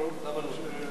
מכבדת את עמדת המציע.